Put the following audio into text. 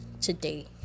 today